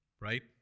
right